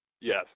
Yes